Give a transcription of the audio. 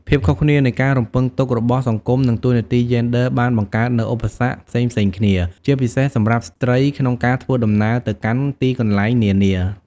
ភាពខុសគ្នានៃការរំពឹងទុករបស់សង្គមនិងតួនាទីយេនដ័របានបង្កើតនូវឧបសគ្គផ្សេងៗគ្នា ជាពិសេសសម្រាប់ស្ត្រីក្នុងការធ្វើដំណើរទៅកាន់ទីកន្លែងនានា។